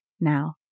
now